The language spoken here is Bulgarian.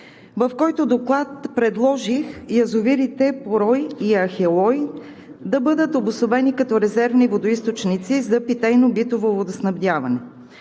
в който предложих язовирите „Порой“ и „Ахелой“ да бъдат обособени като резервни водоизточници за питейно-битово водоснабдяване.